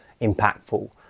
impactful